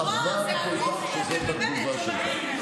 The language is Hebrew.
חבל שכך אתה מקבל את התשובה שלי.